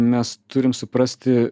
mes turim suprasti